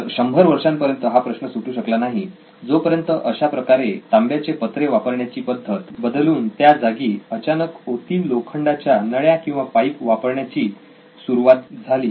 तर शंभर वर्षांपर्यंत हा प्रश्न सुटू शकला नाही जोपर्यंत अशाप्रकारे तांब्याचे पत्रे वापरण्याची पद्धत बदलून त्या जागी अचानक ओतीव लोखंडाच्या नळ्या किंवा पाईप वापरण्याची ची सुरुवात झाली